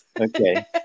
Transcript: Okay